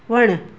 वणु